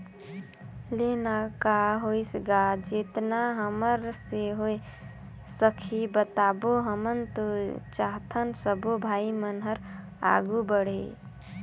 ले ना का होइस गा जेतना हमर से होय सकही बताबो हमन तो चाहथन सबो भाई मन हर आघू बढ़े